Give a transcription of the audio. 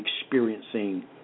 experiencing